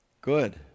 Good